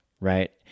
right